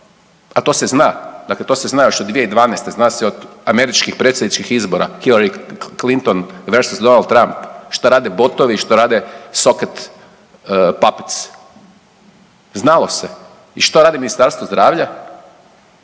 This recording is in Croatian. a to se zna, dakle to se zna još od 2012., zna se od američkih predsjedničkih izbora Hillary Clinton i Versos Donald Trump, što rade botovi i što rade soket papec, znalo se i šta radi Ministarstvo zdravlja?